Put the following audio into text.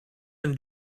and